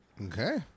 Okay